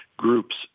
groups